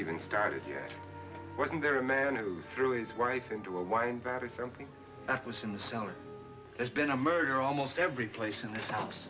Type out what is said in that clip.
even started yet wasn't there a man who threw his wife into a wine battered something that was in the cellar there's been a murder almost every place in this house